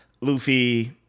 luffy